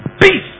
peace